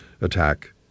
attack